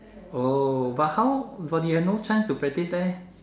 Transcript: oh but how but you have no chance to practice leh